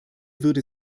würde